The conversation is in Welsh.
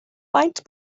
faint